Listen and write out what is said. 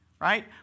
right